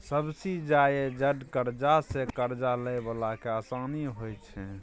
subsidised करजा सँ करजा लए बला केँ आसानी होइ छै